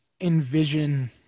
envision